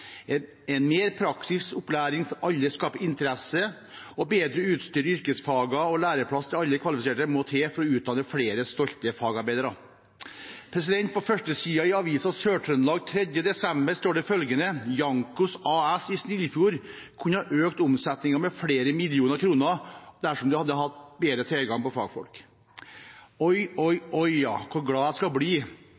En mer praktisk opplæring for alle skaper interesse, og bedre utstyr i yrkesfagene og læreplass til alle kvalifiserte må til for å utdanne flere stolte fagarbeidere. På førstesiden i Avisa Sør-Trøndelag den 3. desember står det følgende: «Jankos AS i Snillfjord kunne økt omsetningen med flere millioner kroner – dersom de hadde hatt bedre tilgang på fagfolk.»